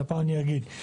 אבל הפעם אני אגיד: